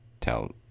tell